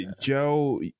Joe